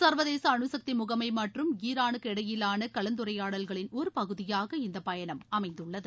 சர்வதேச அணுசக்தி முகமை மற்றும் ஈரானுக்கு இடையிலான கலந்துரையாடல்களின் ஒரு பகுதியாக இந்தப் பயணம் அமைந்துள்ளது